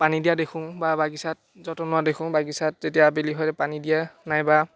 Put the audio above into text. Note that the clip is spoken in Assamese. পানী দিয়া দেখোঁ বা বাগিছাত যতন লোৱা দেখোঁ বাগিছাত যেতিয়া বেলি হয় পানী দিয়া নাইবা